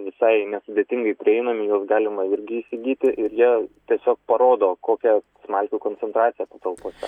visai nesudėtingai prieinami juos galima irgi įsigyti ir jie tiesiog parodo kokia smalkių koncentracija patalpose